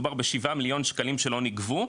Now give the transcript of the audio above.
מדובר בשבעה מיליון שקלים שלא נגבו,